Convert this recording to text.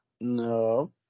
no